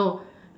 no